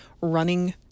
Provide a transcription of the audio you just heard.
running